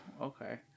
okay